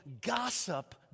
gossip